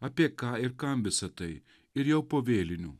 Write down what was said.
apie ką ir kam visa tai ir jau po vėlinių